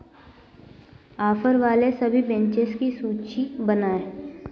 offer वाले सभी bunches की सूची बनाएँ